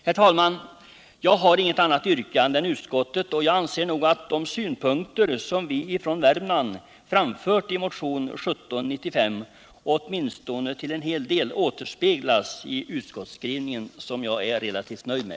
Herr talman! Jag har inget annat yrkande än utskottets, och jag anser att de synpunkter som vi från Värmland framfört i motionen 1795 åtminstone till en del återspeglas i utskottsskrivningen, som jag är relativt nöjd med.